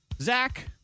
Zach